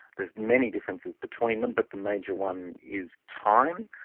there's many differences between them, but the major one is time.